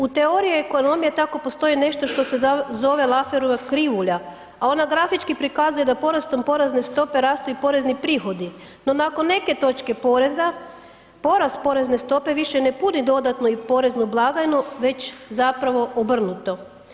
U teoriji ekonomije tako postoji nešto što se zove Lafferova krivulja, a ona grafički prikazuje da porastom porezne stope rastu i porezni prihodi, no nakon neke točke poreza, porast porezne stope više ne puni dodatno i poreznu blagajnu već zapravo obrnuto.